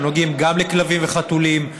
שנוגעים גם לכלבים וחתולים,